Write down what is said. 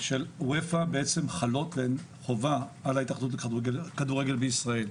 של אופ"א בעצם חלות והן חובה על ההתאחדות לכדורגל בישראל.